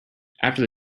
after